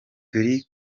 turi